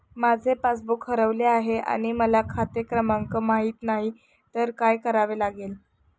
माझे पासबूक हरवले आहे आणि मला खाते क्रमांक माहित नाही तर काय करावे लागेल?